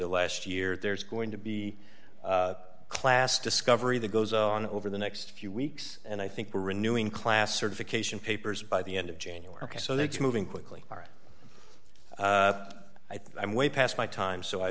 of last year there's going to be class discovery that goes on over the next few weeks and i think we're renewing class certification papers by the end of january so they're moving quickly i think i'm way past my time so i